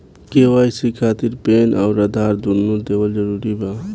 KYC खातिर PAN आउर आधार दुनों देवल जरूरी बा?